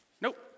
nope